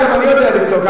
גם אני יודע לצעוק.